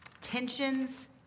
Tensions